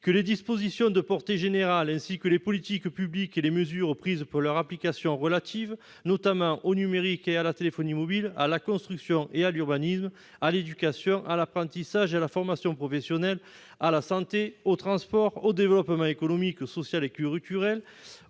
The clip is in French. que « les dispositions de portée générale, ainsi que les politiques publiques et les mesures prises pour leur application relatives, notamment, au numérique et à la téléphonie mobile, à la construction et à l'urbanisme, à l'éducation, à l'apprentissage et à la formation professionnelle, à la santé, aux transports, au développement économique, social et culturel,